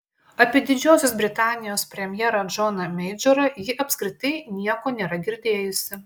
apie didžiosios britanijos premjerą džoną meidžorą ji apskritai nieko nėra girdėjusi